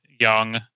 young